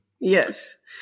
Yes